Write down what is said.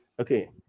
Okay